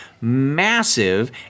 massive